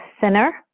thinner